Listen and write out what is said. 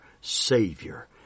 Savior